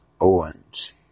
Owens